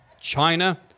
China